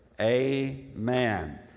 Amen